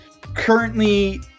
currently